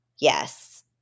Yes